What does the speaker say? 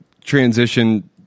transition